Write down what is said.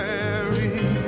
Mary